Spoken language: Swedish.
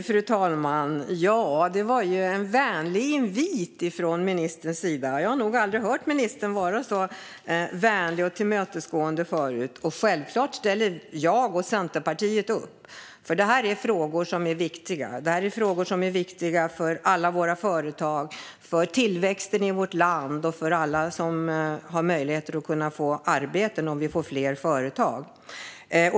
Fru talman! Det var en vänlig invit från ministerns sida! Jag har nog aldrig hört ministern vara så vänlig och tillmötesgående förut. Självklart ställer jag och Centerpartiet upp, för detta är frågor som är viktiga. Det är frågor som är viktiga för alla våra företag, för tillväxten i vårt land och för alla som har möjlighet att få arbete om vi får fler företag.